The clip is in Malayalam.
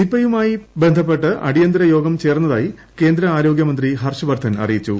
നിപയുമായി ബന്ധപ്പെട്ട് അടിയന്തര യോഗം ചേർന്നതായി കേന്ദ്ര ആരോഗ്യമന്ത്രി ഹർഷവർധൻ അറിയിച്ചു